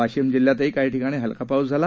वाशिमजिल्ह्यातहीकाहीठिकाणीहलकापाऊसझाला